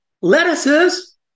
lettuces